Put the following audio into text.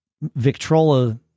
Victrola